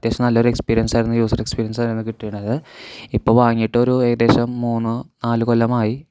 അത്യാവിശ്യം നല്ലൊരു എക്സ്പീരിയൻസ് ആയിരുന്നു യൂസെർ എക്സ്പീരിയൻസ് ആയിരുന്നു കിട്ടിയിട്ടുണ്ടായത് ഇപ്പോൾ വാങ്ങിയിട്ടൊരു ഏകദേശം മൂന്നു നാല് കൊല്ലം ആയി